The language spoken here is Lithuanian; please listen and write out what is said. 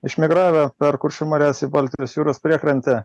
išmigravę per kuršių marias į baltijos jūros priekrantę